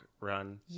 run